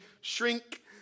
shrink